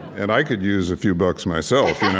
and i could use a few bucks, myself